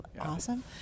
awesome